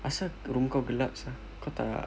asal room kau gelap sia kau tak